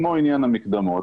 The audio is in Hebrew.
כמו עניין המקדמות,